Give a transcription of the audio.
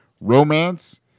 Romance